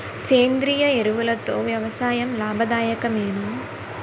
సేంద్రీయ ఎరువులతో వ్యవసాయం లాభదాయకమేనా?